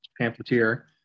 Pamphleteer